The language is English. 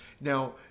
Now